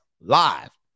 live